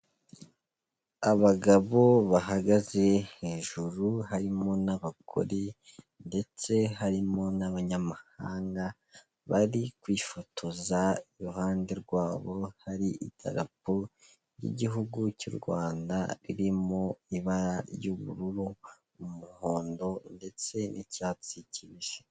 Abagabo bahagaze hejuru, harimo n'abagore ndetse harimo n'abanyamahanga, bari kwifotoza iruhande rwabo hari idarapo ry'igihugu cy'u Rwanda ririmo ibara ry'ubururu, umuhondo ndetse n'icyatsi kibisi.